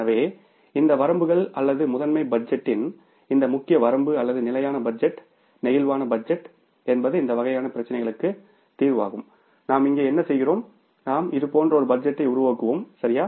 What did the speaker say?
எனவே இந்த வரம்புகள் அல்லது மாஸ்டர் பட்ஜெட்டின் இந்த முக்கிய வரம்பு அல்லது ஸ்டாடிக் பட்ஜெட் பிளேக்சிபிள் பட்ஜெட்டுக்கு செல்ல வேண்டியிருக்கும் மற்றும் பிளேக்சிபிள் பட்ஜெட் என்பது இந்த வகையான பிரச்சினைகளுக்கு தீர்வாகும் நாம் இங்கே என்ன செய்கிறோம் நாம் இது போன்ற ஒரு பட்ஜெட்டை உருவாக்குவோம் சரியா